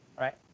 right